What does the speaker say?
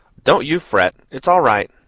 don't you fret, it's all right.